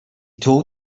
told